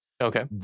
Okay